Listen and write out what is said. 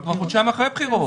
אנחנו כבר חודשיים אחרי בחירות.